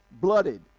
blooded